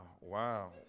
wow